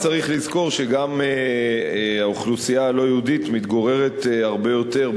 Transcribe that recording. צריך לזכור שגם האוכלוסייה הלא-יהודית מתגוררת הרבה יותר,